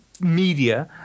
media